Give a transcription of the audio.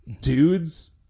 dudes